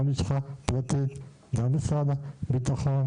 גם לשכה פרטית וגם את משרד הביטחון.